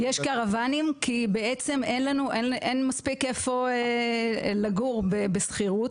יש קרוואנים, כי אין מספיק איפה לגור בשכירות.